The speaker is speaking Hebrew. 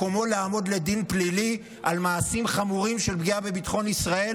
מקומו לעמוד לדין פלילי על מעשים חמורים של פגיעה בביטחון ישראל,